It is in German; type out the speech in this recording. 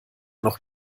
noch